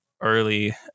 early